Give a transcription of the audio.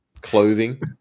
clothing